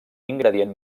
ingredient